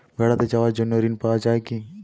বেড়াতে যাওয়ার জন্য ঋণ পাওয়া যায় কি?